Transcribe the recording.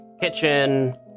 kitchen